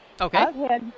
Okay